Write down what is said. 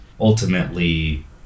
ultimately